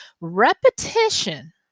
repetition